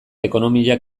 ekonomia